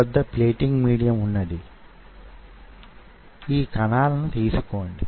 మీకు సంకోచాన్ని కొలిచే పరిజ్ఞానం వుందనుకుందాం